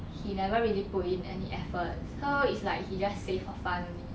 he never really put in any effort so is like he just say for fun only